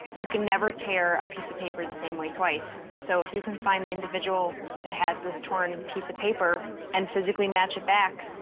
you can never tear a piece of paper the same way twice, so you if you can find the individual that has this torn piece of paper and physically match it back,